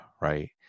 right